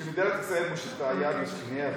זה שמדינת ישראל מושיטה יד לשכניה,